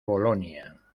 bolonia